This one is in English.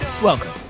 Welcome